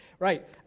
Right